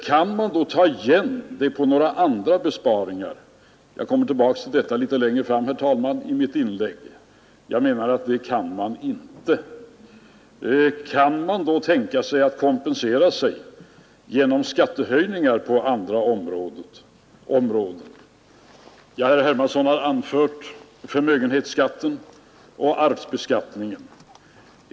Kan man då ta igen det genom några andra besparingar? Jag återkommer till detta längre fram i mitt inlägg, herr talman. Jag menar att det kan man inte. Kan man tänka sig att kompensera sig genom skattehöjningar på andra områden? Herr Hermansson har anfört förmögenhetsskatten och arvsbeskattningen.